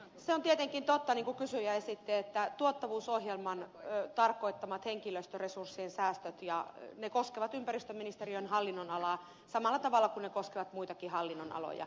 se on tietenkin totta niin kuin kysyjä esitti että tuottavuusohjelman tarkoittamat henkilöstöresurssien säästöt koskevat ympäristöministeriön hallinnonalaa samalla tavalla kuin ne koskevat muitakin hallinnonaloja